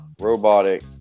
robotic